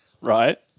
Right